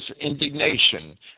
indignation